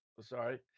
Sorry